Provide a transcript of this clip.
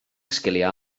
sgiliau